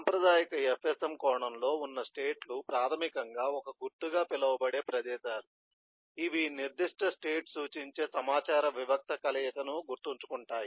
సాంప్రదాయిక FSM కోణంలో ఉన్న స్టేట్ లు ప్రాథమికంగా ఒక గుర్తుగా పిలువబడే ప్రదేశాలు ఇవి నిర్దిష్ట స్టేట్ సూచించే సమాచార వివిక్త కలయికను గుర్తుంచుకుంటాయి